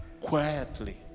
quietly